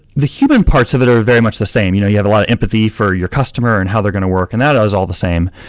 the human parts of it are very much the same. you know you have a lot of empathy for your customer and how they're going to work, and that ah is all the same.